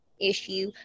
issue